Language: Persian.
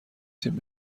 تیم